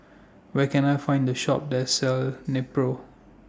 Where Can I Find A Shop that sells Nepro